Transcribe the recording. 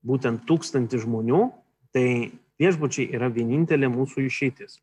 būtent tūkstantį žmonių tai viešbučiai yra vienintelė mūsų išeitis